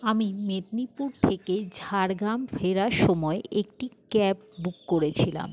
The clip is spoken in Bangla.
আমি মেদনীপুর থেকে ঝাড়গ্রাম ফেরার সময় একটি ক্যাব বুক করেছিলাম